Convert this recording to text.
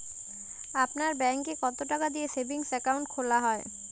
আপনার ব্যাংকে কতো টাকা দিয়ে সেভিংস অ্যাকাউন্ট খোলা হয়?